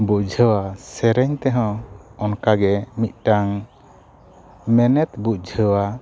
ᱵᱩᱡᱷᱟᱹᱣᱟ ᱥᱮᱨᱮᱧ ᱛᱮ ᱦᱚᱸ ᱚᱱᱠᱟᱜᱮ ᱢᱤᱫᱴᱟᱝ ᱢᱮᱱᱮᱫ ᱵᱩᱡᱷᱟᱹᱣᱟ